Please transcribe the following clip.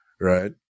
right